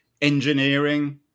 engineering